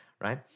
right